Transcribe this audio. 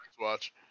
watch